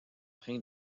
train